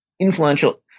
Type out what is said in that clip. influential